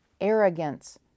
arrogance